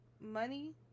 money